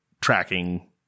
tracking